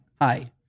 hi